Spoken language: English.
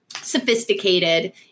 sophisticated